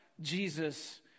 Jesus